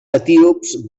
etíops